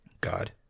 God